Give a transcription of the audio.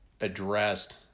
addressed